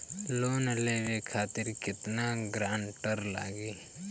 Loan लेवे खातिर केतना ग्रानटर लागी?